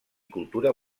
cultura